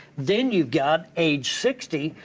then you've got age sixty,